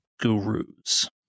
gurus